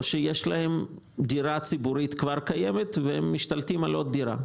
או שיש להם דירה ציבורית כבר קיימת והם משתלטים על עוד דירה.